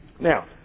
Now